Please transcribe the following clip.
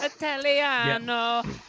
Italiano